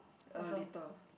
uh later